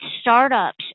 startups